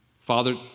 Father